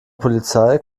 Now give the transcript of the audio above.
polizei